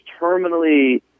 terminally